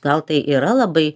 gal tai yra labai